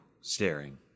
staring